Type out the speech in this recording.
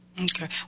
Okay